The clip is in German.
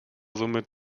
somit